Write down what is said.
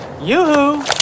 Yoo-hoo